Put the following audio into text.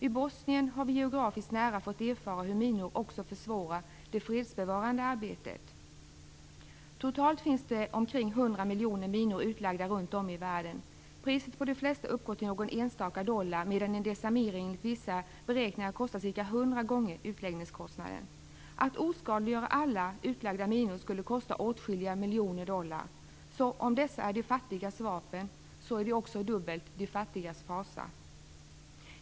I Bosnien har vi geografiskt nära fått erfara hur minor också försvårar det fredsbevarande arbetet. Totalt finns det omkring 100 miljoner minor utlagda runt om i världen. Priset på de flesta uppgår till någon enstaka dollar, medan en desarmering enligt vissa beräkningar kostar ca 100 gånger utläggningskostnaden. Att oskadliggöra alla utlagda minor skulle kosta åtskilliga miljoner dollar. Om dessa är de fattigas vapen är de också dubbelt de fattigas fasa.